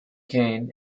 cane